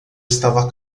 estava